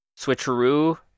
Switcheroo